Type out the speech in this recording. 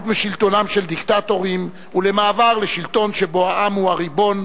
משלטונם של דיקטטורים ולמעבר לשלטון שבו העם הוא הריבון,